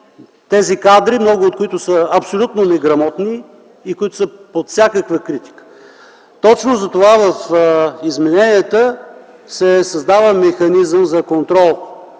тези кадри, много от които са абсолютно неграмотни и които са под всякаква критика. Точно затова в измененията се създава механизъм за контрол